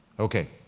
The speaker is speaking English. okay.